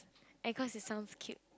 and cause it sounds cute